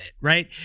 right